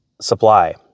supply